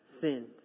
sinned